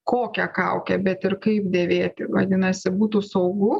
kokią kaukę bet ir kaip dėvėti vadinasi būtų saugu